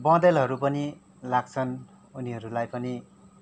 बनेलहरू पनि लाग्छन् उनीहरूलाई पनि